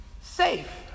safe